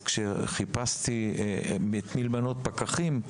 כשחיפשתי את מי למנות לפקחים,